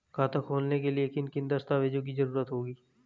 खाता खोलने के लिए किन किन दस्तावेजों की जरूरत होगी?